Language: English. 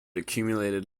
accumulated